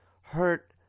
hurt